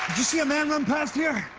you see a man run past here.